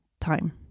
time